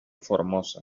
formosa